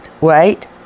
wait